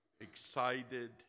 excited